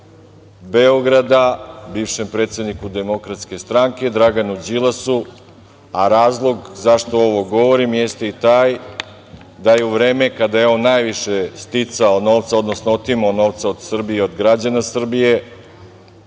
Beograda, bivšem predsedniku DS, Draganu Đilasu, a razlog zašto ovo govorim jeste i taj da je u vreme kada je on najviše novca sticao, odnosno otimao novca od Srbije, od građana Srbije,